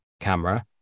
camera